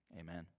Amen